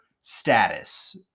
status